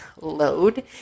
load